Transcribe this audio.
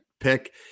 Pick